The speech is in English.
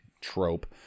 trope